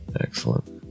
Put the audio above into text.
Excellent